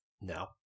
No